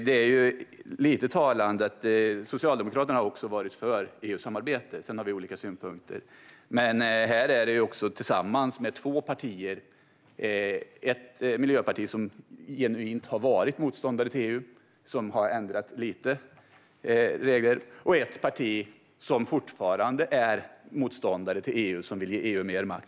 Det är lite talande att Socialdemokraterna också har varit för EU-samarbete. Sedan har vi olika synpunkter. Men här står de tillsammans med två partier. Det är ett miljöparti som har varit en genuin motståndare till EU, men som har ändrat sig lite. Sedan är det ett parti som fortfarande är motståndare till att ge EU mer makt.